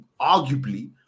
arguably